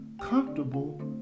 comfortable